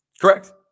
Correct